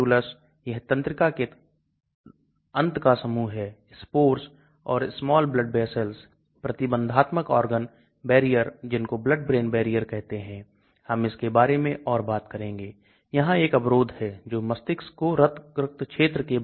और फिर यह एक प्रतिगमन संबंध विकसित करेंगे इसलिए यदि मैं एक सॉफ्टवेयर और दूसरे सॉफ्टवेयर का उपयोग करता हूं तो मुझे LogP के विभिन्न मूल्य मिल सकते हैं और कुछ सॉफ्टवेयर group contribution method का उपयोग करते हैं